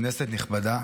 כנסת נכבדה,